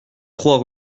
trois